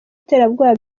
iterabwoba